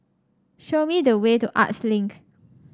show me the way to Arts Link